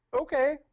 Okay